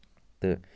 تہٕ